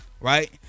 Right